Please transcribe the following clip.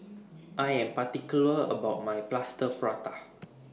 I Am particular about My Plaster Prata